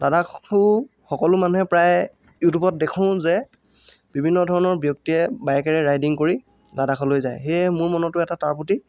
লাডাখো সকলো মানুহে প্ৰায় ইউটিউবত দেখো যে বিভিন্ন ধৰণৰ ব্যক্তিয়ে বাইকেৰে ৰাইদিং কৰি লাডাখলৈ যায় সেয়েহে মোৰ মনতো এটা তাৰ প্ৰতি